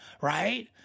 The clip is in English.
right